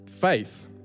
faith